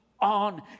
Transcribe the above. on